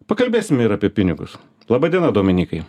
pakalbėsime ir apie pinigus laba diena dominykai